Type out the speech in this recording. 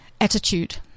Attitude